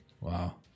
Wow